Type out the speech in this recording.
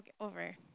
over